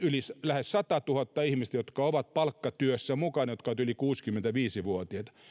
lähes satatuhatta ihmistä jotka ovat palkkatyössä mukana ja jotka ovat yli kuusikymmentäviisi vuotiaita